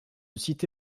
cité